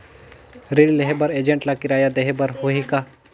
ऋण देहे बर एजेंट ला किराया देही बर होही का?